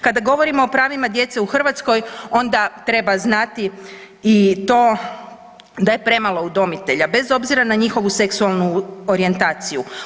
Kada govorimo o pravima djece u Hrvatskoj onda treba znati i to da je premalo udomitelja bez obzira na njihovu seksualnu orijentaciju.